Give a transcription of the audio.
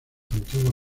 antigua